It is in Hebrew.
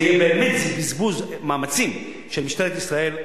זה יהיה באמת בזבוז מאמצים של משטרת ישראל.